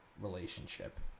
relationship